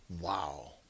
Wow